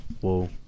Whoa